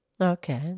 Okay